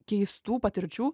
keistų patirčių